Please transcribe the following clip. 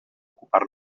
ocupar